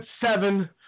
seven